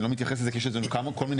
אני לא מתייחס לזה כי קמו כל מיני